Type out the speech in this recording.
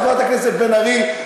חברת הכנסת בן ארי,